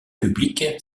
publique